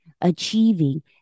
achieving